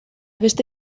beste